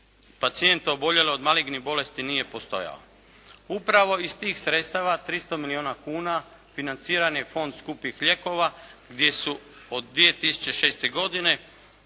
pacijente oboljele od malignih bolesti nije postojao. Upravo iz tih sredstava 300 milijuna kuna financiran je Fond skupih lijekova gdje su od 2006. godine